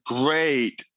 great